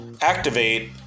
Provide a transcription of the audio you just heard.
activate